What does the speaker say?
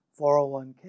401k